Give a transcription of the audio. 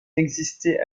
n’existait